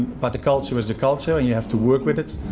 but the culture is the culture and you have to work with it,